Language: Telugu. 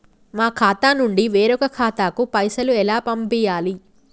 మా ఖాతా నుండి వేరొక ఖాతాకు పైసలు ఎలా పంపియ్యాలి?